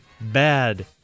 bad